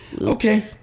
Okay